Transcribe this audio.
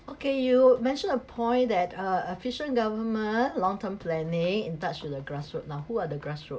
okay you mentioned a point that a efficient government long term planning in touch with the grassroot lah who are the grassroot